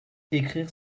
écrire